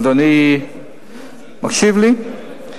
אדוני מקשיב לי?